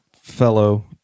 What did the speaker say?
fellow